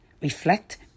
reflect